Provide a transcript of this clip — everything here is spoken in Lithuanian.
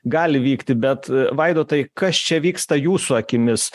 gali vykti bet vaidotai kas čia vyksta jūsų akimis